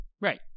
right